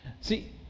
See